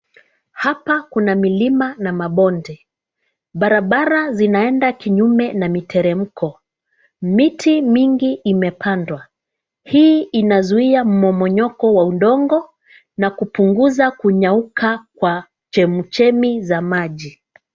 Hapa kuna milima na mabonde. Barabara zinaeda kinyume na miteremko. Miti mingi imepandwa. Hii inazuia mmomonyoko wa udongo na kupunguza kunyauka kwa chemichemi za maji.